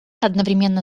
одновременно